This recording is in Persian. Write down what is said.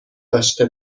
داشته